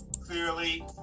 Clearly